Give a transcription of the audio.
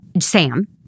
Sam